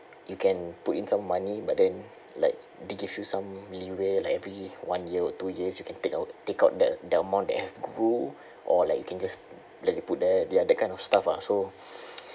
you can put in some money but then like they give you some leeway like every one year or two years you can take out take out the the amount that grew or like you can just let it put there ya that kind of stuff ah so